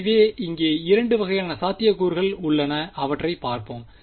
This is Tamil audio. எனவே இங்கே 2 வகையான சாத்தியக்கூறுகள் உள்ளன அவற்றை பார்ப்போம்